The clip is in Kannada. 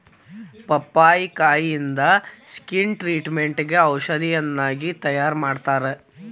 ಪಪ್ಪಾಯಿಕಾಯಿಂದ ಸ್ಕಿನ್ ಟ್ರಿಟ್ಮೇಟ್ಗ ಔಷಧಿಯನ್ನಾಗಿ ತಯಾರಮಾಡತ್ತಾರ